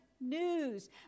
news